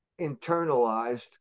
internalized